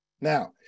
Now